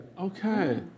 Okay